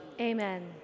Amen